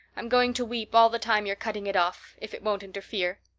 i'm going to weep all the time you're cutting it off, if it won't interfere.